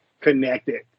connected